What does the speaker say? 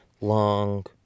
long